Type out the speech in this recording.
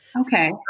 Okay